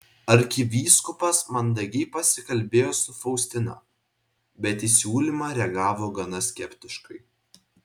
arkivyskupas mandagiai pasikalbėjo su faustina bet į siūlymą reagavo gana skeptiškai